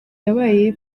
wabaye